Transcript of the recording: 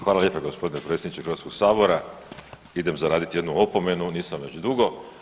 Hvala lijepo gospodine predsjedniče Hrvatskog sabora, idem zaraditi jednu opomenu, nisam već dugo.